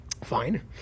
Fine